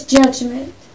judgment